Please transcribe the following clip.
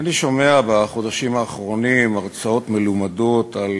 אני שומע בחודשים האחרונים הרצאות מלומדות על